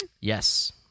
Yes